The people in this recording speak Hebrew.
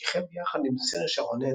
וכיכב יחד עם סירשה רונן